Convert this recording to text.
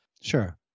Sure